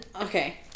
okay